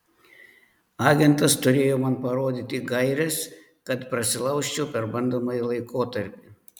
agentas turėjo man parodyti gaires kad prasilaužčiau per bandomąjį laikotarpį